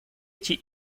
эти